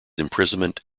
imprisonment